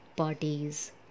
parties